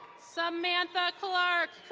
samantha clark,